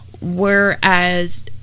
whereas